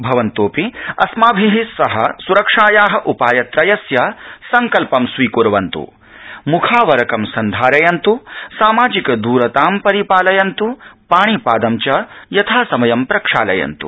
भवन्तोऽपि अस्माभि सह स्रक्षाया उपायत्रयस्य सड़कल्पं स्वीकुर्वन्त् म्खावरकं सन्धारयन्त् सामाजिकद्रताम् परिपालयन्त् पाणिपादं च यथासमयं प्रक्षालयन्त्